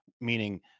Meaning